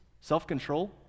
self-control